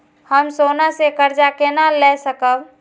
हम सोना से कर्जा केना लाय सकब?